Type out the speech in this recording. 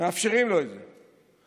מאפשרים לו את זה.